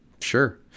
Sure